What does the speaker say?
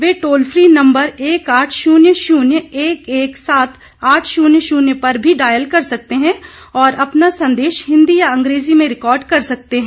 वे toll free number एक आठ शून्य शून्य एक एक सात आठ शून्य शून्य पर भी डायल कर सकते हैं और अपना संदेश हिंदी या अंग्रेजी में रिकॉर्ड कर सकते हैं